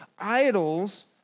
idols